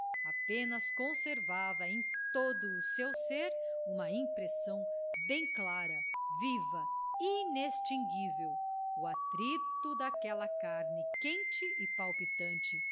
apenas conservava em todo o seu ser uma impressão bem clara viva inextinguível o atrito daquela carne quente e palpitante